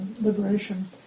liberation